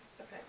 Okay